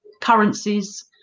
currencies